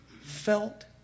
felt